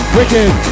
Wicked